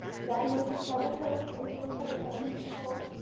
diagnosing trouble codes is a report that can be pulled.